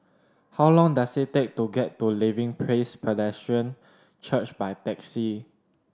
how long does it take to get to Living Praise Presbyterian Church by taxi